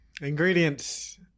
Ingredients